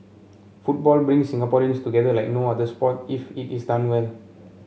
football brings Singaporeans together like no other sport if it is done well